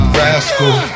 rascal